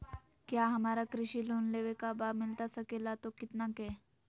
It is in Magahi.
क्या हमारा कृषि लोन लेवे का बा मिलता सके ला तो कितना के?